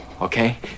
okay